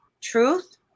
truth